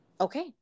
Okay